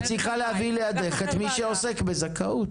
צריכה להביא לידך את מי שעוסק בזכאות.